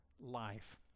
life